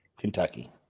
Kentucky